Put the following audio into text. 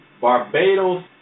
Barbados